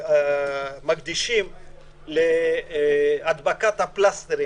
מקדישים להדבקת הפלסטרים